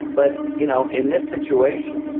but, you know, in this situation,